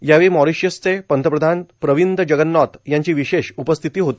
यावेळी मॉरीशियचे पंतप्रधान प्रविंद जगनाॅथ यांची विशेष उपस्थिती होती